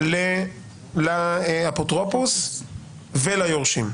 לאפוטרופוס וליורשים.